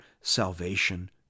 salvation